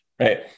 right